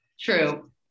True